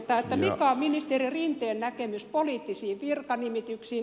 mikä on ministeri rinteen näkemys poliittisiin virkanimityksiin